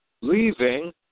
leaving